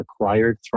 acquired